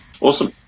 awesome